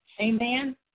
Amen